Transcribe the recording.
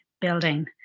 building